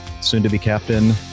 soon-to-be-captain